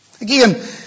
Again